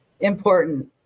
Important